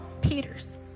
Peters